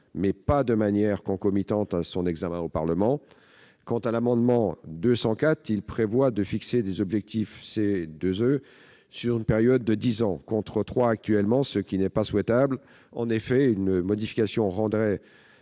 mais pas de manière concomitante à son examen par le Parlement. Quant à l'amendement n° 204 rectifié, il tend à fixer des objectifs de CEE sur une période dix ans, contre trois ans actuellement, ce qui n'est pas souhaitable. En effet, une telle modification rendrait